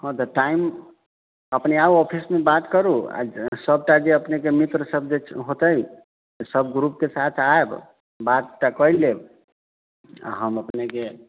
हँ तऽ टाइम अपने आउ ऑफिसमे बात करू आओर सभटा जे अपनेके मित्र सभ जे होतै सभ ग्रुपके साथ आयब बात तऽ कऽ लेब आओर हम अपनेके